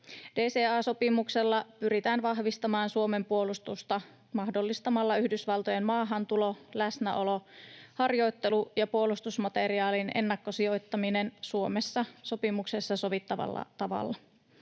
DCA-sopimuksella pyritään vahvistamaan Suomen puolustusta mahdollistamalla Yhdysvaltojen maahantulo, läsnäolo, harjoittelu ja puolustusmateriaalin ennakkosijoittaminen Suomessa sopimuksessa sovittavalla tavalla.